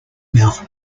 mouth